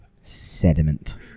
sediment